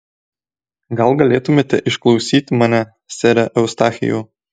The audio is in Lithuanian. gal galėtumėte išklausyti mane sere eustachijau